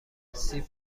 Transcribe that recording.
سیب